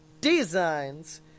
Designs